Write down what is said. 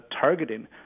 targeting